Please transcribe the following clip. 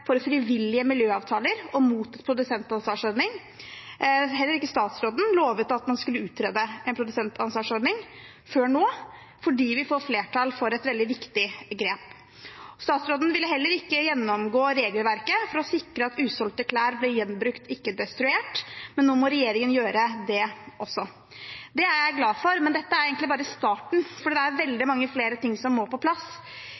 for frivillige miljøavtaler og mot en produsentansvarsordning. Heller ikke statsråden lovet at man skulle utrede en produsentansvarsordning før nå, fordi vi får flertall for et veldig viktig grep. Statsråden ville heller ikke gjennomgå regelverket for å sikre at usolgte klær blir gjenbrukt og ikke destruert, men nå må regjeringen gjøre også det. Det er jeg glad for, men dette er egentlig bare starten, for det er veldig mange flere ting som må på plass.